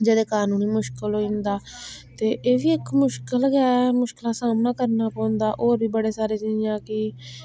जेह्दे कारण उ'नें मुश्कल होई जंदा ते एह् बी इक मुश्कल गै ऐ मुश्कल दा सामना करना पौंदा होर बी बड़े सारे जियां कि